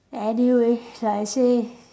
anyway like I say